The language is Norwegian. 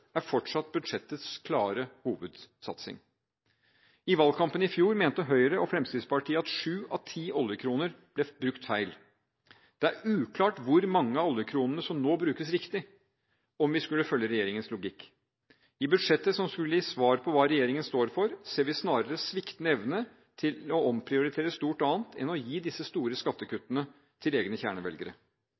er fortsatt budsjettets klare hovedsatsing. I valgkampen i fjor mente Høyre og Fremskrittspartiet at sju av ti oljekroner ble brukt feil. Det er uklart hvor mange av oljekronene som nå brukes riktig, om vi skulle følge regjeringens logikk. I budsjettet som skulle gi svar på hva regjeringen står for, ser vi snarere sviktende evne til å omprioritere stort annet enn å gi disse store skattekuttene til egne kjernevelgere.